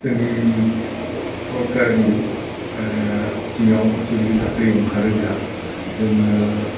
जोंनि सरकारनि सिङाव जुदि साख्रि अंखारोब्ला जोङो